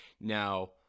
Now